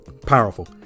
powerful